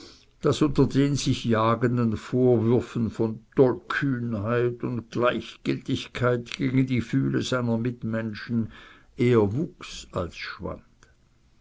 das unter den sich jagenden vorwürfen von tollkühnheit und gleichgültigkeit gegen die gefühle seiner mitmenschen eher wuchs als schwand